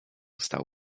stał